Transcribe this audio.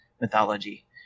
mythology